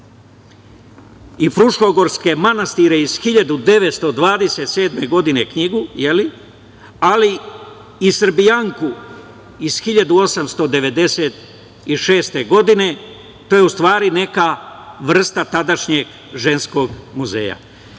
i „Fruškogorske manastire“ iz 1927. godine, knjigu, ali i „Srbijanku“ iz 1896. godine. To je u stvari neka vrsta tadašnjeg ženskog muzeja. Malo